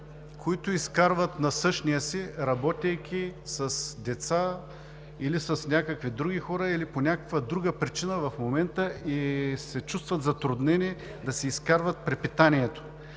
които изкарват насъщния си, работейки с деца или с някакви други хора, или по някаква друга причина в момента и се чувстват затруднени да си изкарват препитанието.